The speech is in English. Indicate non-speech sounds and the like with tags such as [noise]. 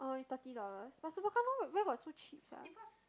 oh is thirty dollars but Superga [noise] where got so cheap sia